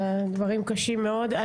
דברים קשים מאוד.